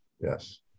Yes